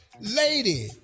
Lady